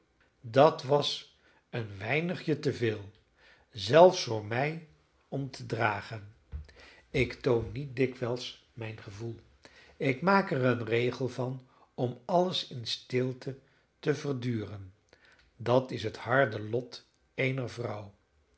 dat was een weinigje te veel zelfs voor mij om te dragen ik toon niet dikwijls mijn gevoel ik maak er een regel van om alles in stilte te verduren dat is het harde lot eener vrouw